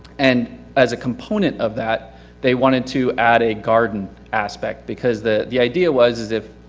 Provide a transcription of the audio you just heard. and as a component of that they wanted to add a garden aspect because the the idea was as if.